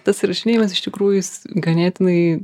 tas įrašinėjimas iš tikrųjų jis ganėtinai